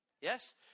Yes